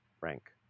rank